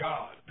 God